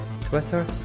Twitter